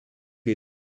les